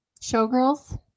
showgirls